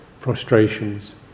prostrations